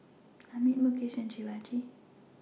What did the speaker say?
Amit Mukesh and Shivaji